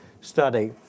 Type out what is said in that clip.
study